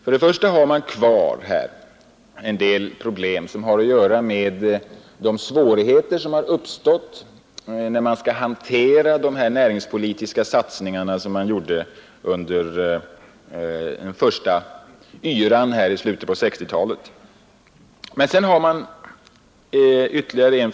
För det första har man kvar en del problem, som har att göra med de svårigheter som uppstått i samband med att man skall hantera de näringspolitiska satsningar som gjordes i den första yran i slutet på 1960-talet.